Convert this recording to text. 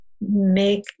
make